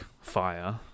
fire